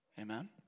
amen